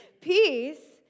peace